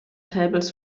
tables